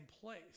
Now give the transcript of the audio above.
place